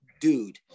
dude